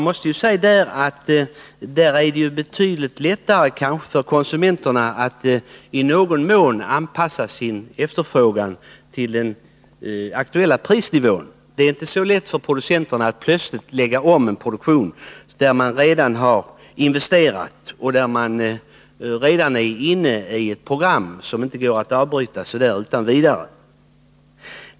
Det är nog betydligt lättare för konsumenterna att i någon mån anpassa sin efterfrågan till den aktuella prisnivån än vad det är för producenterna att plötsligt lägga om en produktion, för vilken man redan gjort investeringar och där man redan är inne i ett program som inte går att avbryta utan vidare.